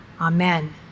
Amen